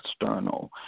external